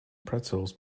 pretzels